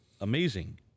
amazing